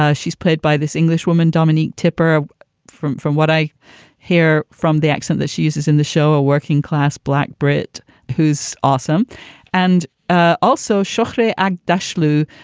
ah she's played by this englishwoman, dominique tipper from from what i hear from the accent that she uses in the show, a working class black brit who's awesome and ah also shortly, and ah ndash. lu,